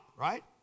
right